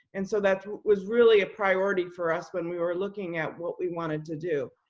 and so that was really a priority for us when we were looking at what we wanted to do.